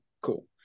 cool